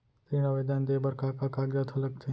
ऋण आवेदन दे बर का का कागजात ह लगथे?